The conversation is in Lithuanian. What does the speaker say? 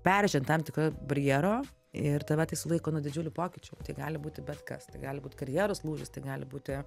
perženk tam tik a barjero ir tave tai sulaiko nuo didžiulių pokyčių tai gali būti bet kas tai gali būt karjeros lūžis tai gali būti